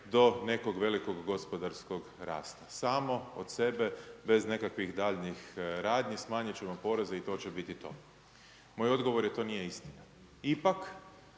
do nekog velikog gospodarskog rasta, samo od sebe bez nekakvih daljnjih radnji smanjit ćemo poreze i to će biti to. Moj odgovor je, to nije istina.